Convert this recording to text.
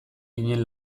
ginen